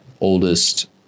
oldest